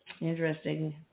interesting